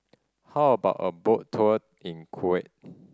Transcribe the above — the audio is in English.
how about a boat tour in Kuwait